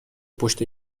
پشت